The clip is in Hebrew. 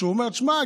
שהוא אומר: תשמע,